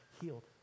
healed